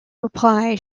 reply